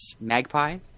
magpie